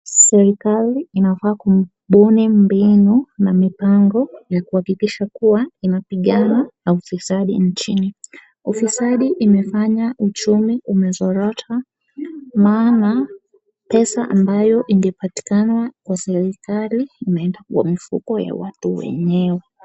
Serikali inafaa kubuni mbinu na mipango ya kuhakikisha kuwa inapigana na ufisadi nchini. Ufisadi imefanya uchumi umezorota, maana pesa ambayo ingepatikana kwa serikali imeenda kwa mifuko ya watu wenyewe.